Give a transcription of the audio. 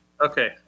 okay